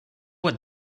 what